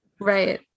Right